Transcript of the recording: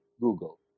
Google